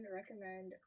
recommend